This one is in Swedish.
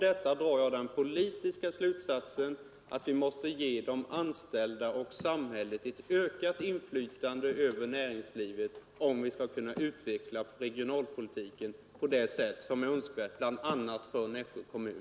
Härav drar jag den politiska slutsatsen att vi måste ge samhället ökat inflytande över näringslivet, om vi skall kunna utveckla regionalpolitiken i den riktning som är önskvärd bl.a. för Nässjö kommun.